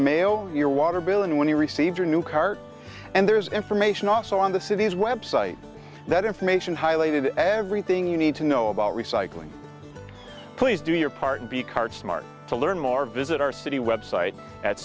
mail your water bill and when you received your new car and there is information also on the city's website that information highlighted everything you need to know about recycling please do your part b card smart to learn more visit our city website at